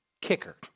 kicker